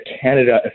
Canada